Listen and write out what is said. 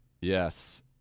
Yes